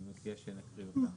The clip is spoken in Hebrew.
אני מציע שנקריא אותה.